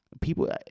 People